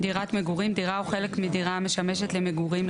"דירת מגורים" דירה או חלק מדירה המשמשת למגורים,